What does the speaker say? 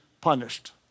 punished